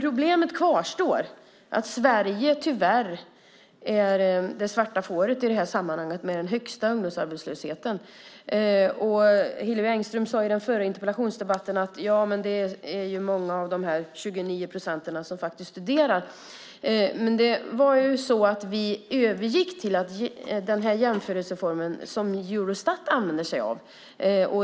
Problemet kvarstår: Sverige är tyvärr det svarta fåret i det här sammanhanget och har den högsta ungdomsarbetslösheten. Hillevi Engström sade i den förra interpellationsdebatten att det är många av dessa 29 procent som faktiskt studerar. Vi övergick ju till den jämförelseform som Eurostat använder.